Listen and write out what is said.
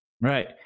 Right